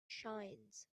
shines